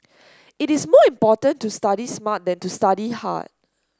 it is more important to study smart than to study hard